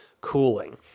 cooling